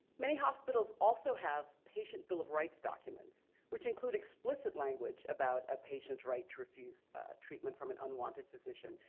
many hospitals also have patients bill of rights documents which include explicit language about a patient's right to refuse treatment from an unwanted physician.